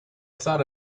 thought